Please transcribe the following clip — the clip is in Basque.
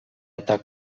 eta